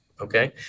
Okay